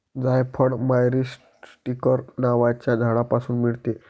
जायफळ मायरीस्टीकर नावाच्या झाडापासून मिळते